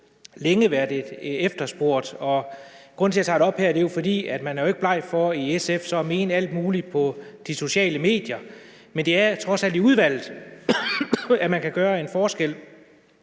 længe været efterspurgt, og grunden til, at jeg tager det op her, er, at man i SF jo ikke er bleg for så at mene alt muligt på de sociale medier, men det er trods alt i udvalget, man kan gøre en forskel.